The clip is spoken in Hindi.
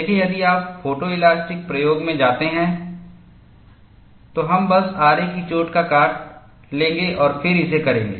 देखें यदि आप फोटोलेस्टिक प्रयोग में जाते हैं तो हम बस आरे की चोट का काट लेंगे और फिर इसे करेंगे